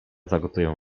zagotuję